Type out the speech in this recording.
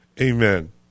Amen